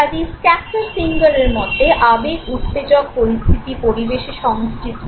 কাজেই স্ক্যাকটার সিঙ্গারের মতে আবেগ উত্তেজক পরিস্থিতি পরিবেশে সংঘটিত হয়